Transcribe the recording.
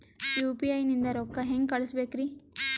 UPI ನಿಂದ ರೊಕ್ಕ ಹೆಂಗ ಕಳಸಬೇಕ್ರಿ?